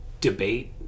debate